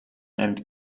and